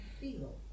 feel